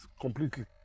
completely